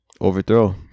overthrow